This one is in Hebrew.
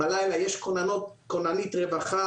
בלילה ישנה כוננית רווחה,